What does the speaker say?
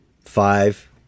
five